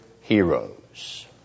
heroes